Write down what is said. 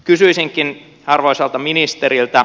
kysyisinkin arvoisalta ministeriltä